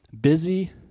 Busy